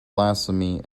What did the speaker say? blasphemy